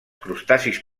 crustacis